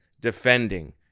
defending